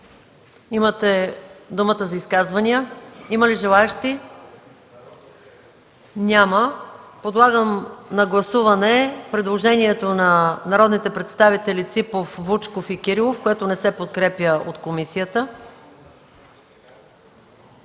Има ли желаещи за изказване? Няма. Подлагам на гласуване предложението на народните представители Ципов, Вучков и Кирилов, което не се подкрепя от комисията.